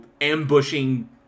ambushing